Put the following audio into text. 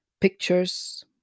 pictures